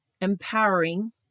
empowering